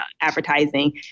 advertising